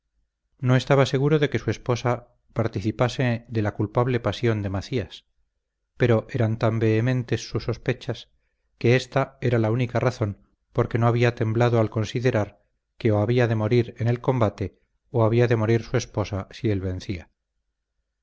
no estaba seguro de que su esposa participase de la culpable pasión de macías pero eran tan vehementes sus sospechas que ésta era la única razón por que no había temblado al considerar que o había de morir en el combate o había de morir su esposa si él vencía